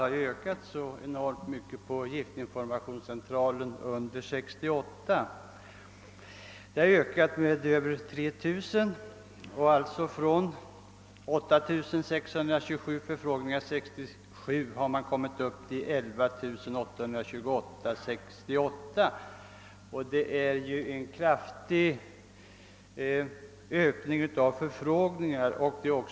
Från 8627 förfrågningar 1967 har man kommit upp till 11 828 förfrågningar 1968, d.v.s. en ökning med över 3 000 på ett år.